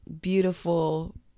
beautiful